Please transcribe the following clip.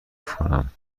کنم